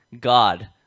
God